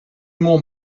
more